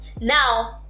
now